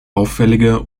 auffällige